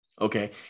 Okay